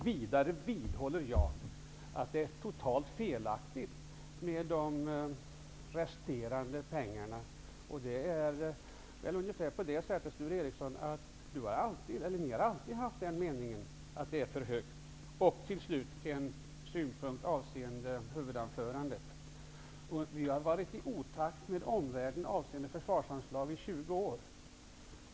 Vidare vidhåller jag att talet om de resterande pengarna är totalt felaktigt. Sture Ericson! Ni har alltid haft den meningen att anslaget är för högt. Till slut en synpunkt avseende huvudanförandet. Vi har varit i otakt med omvärlden avseende försvarsanslag i 20 år.